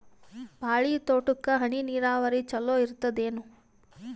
ಬಾಳಿ ತೋಟಕ್ಕ ಹನಿ ನೀರಾವರಿ ಚಲೋ ಇರತದೇನು?